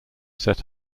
set